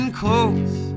close